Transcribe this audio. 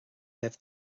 raibh